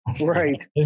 right